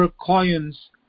coins